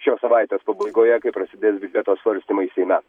šios savaitės pabaigoje kai prasidės biudžeto svarstymai seime